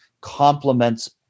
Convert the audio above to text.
complements